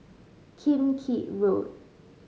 Kim Keat Road